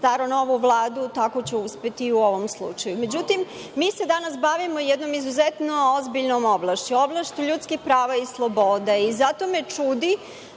staru-novu Vladu, tako će uspeti i u ovom slučaju.Međutim, mi se danas bavimo jednom izuzetno ozbiljnom oblašću, oblašću ljudskih prava i sloboda. Zato me čudi